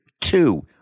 two